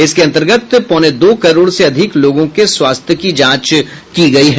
इसके अन्तर्गत पौने दो करोड़ से अधिक लोगों के स्वास्थ्य की जांच की गयी है